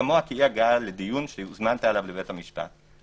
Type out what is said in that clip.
כמוה כאי-הגעה לדיון שהוזמנת אליו בבית המשפט.